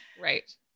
Right